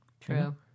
True